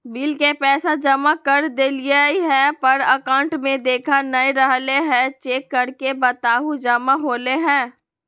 Bill के पैसा जमा कर देलियाय है पर अकाउंट में देखा नय रहले है, चेक करके बताहो जमा होले है?